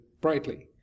brightly